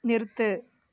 நிறுத்து